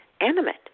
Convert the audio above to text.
animate